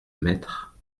maître